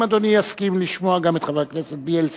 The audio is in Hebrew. האם אדוני יסכים לשמוע גם את חבר הכנסת בילסקי?